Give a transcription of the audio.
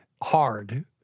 hard